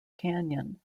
canyon